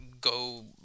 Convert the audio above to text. go